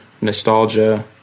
nostalgia